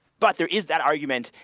but there is that argument,